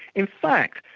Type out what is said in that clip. in fact,